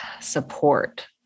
support